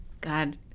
god